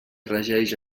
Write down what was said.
regeix